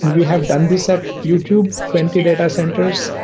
we have done this at youtube, twenty data centers,